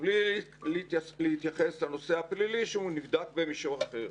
בלי להתייחס לנושא הפלילי שהוא נבדק במישור אחר.